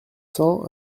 cents